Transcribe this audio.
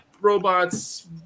robots